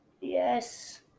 yes